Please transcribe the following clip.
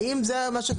האם זה מה שנאמר?